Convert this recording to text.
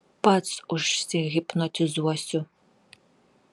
pats užsihipnotizuosiu